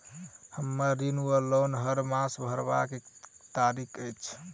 हम्मर ऋण वा लोन हरमास भरवाक की तारीख अछि?